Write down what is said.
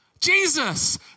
Jesus